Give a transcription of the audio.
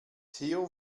theo